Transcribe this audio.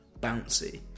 bouncy